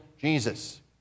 Jesus